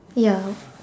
ya